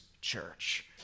church